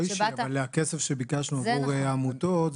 אבל הכסף שביקשנו עבור עמותות,